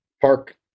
park